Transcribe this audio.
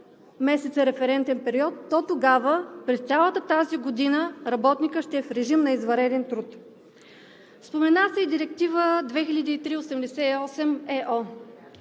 месеца референтен период, то тогава през цялата тази година работникът ще е в режим на извънреден труд. Споменахте и Директива ЕО